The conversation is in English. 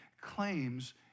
claims